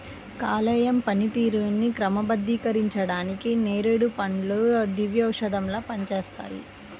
కాలేయం పనితీరుని క్రమబద్ధీకరించడానికి నేరేడు పండ్లు దివ్యౌషధంలా పనిచేస్తాయి